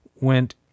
went